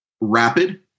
rapid